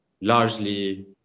largely